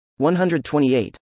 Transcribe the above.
128